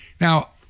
Now